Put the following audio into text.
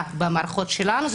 במערכות שלנו.